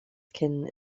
cyn